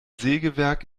sägewerk